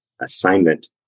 assignment